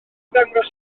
ddangos